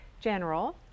General